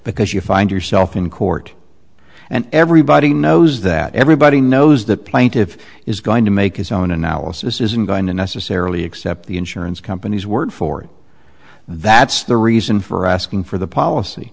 because you find yourself in court and everybody knows that everybody knows the plaintiffs is going to make his own analysis isn't going to necessarily accept the insurance company's word for it that's the reason for asking for the policy